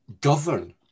govern